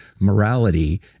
morality